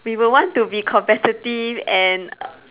we would want to be competitive and